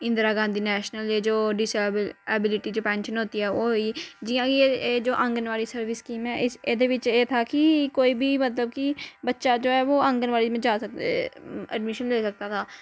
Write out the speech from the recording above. Indira Gandhi national जे जो disability disability pension होती है ओह् होई जियां की जो आंगनवाड़ी सर्विस स्कीम है एह्दे बिच्च एह् था कि कोई बी मतलब की बच्चा जो है वो आंगनवाड़ी में जा सकता है एडमिशन ले सकता था